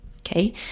Okay